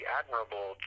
admirable